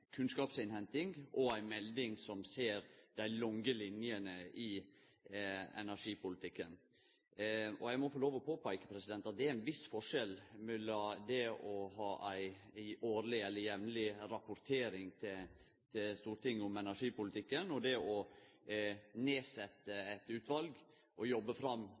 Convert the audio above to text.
kunnskapsinnhenting og ei melding som ser dei lange linjene i energipolitikken. Og eg må få lov å påpeike at det er ein viss forskjell mellom det å ha ei årleg, eller «jevnlig» rapportering til Stortinget om energipolitikken og det å nedsette eit utval og jobbe fram